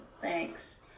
thanks